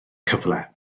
cyfle